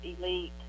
Elite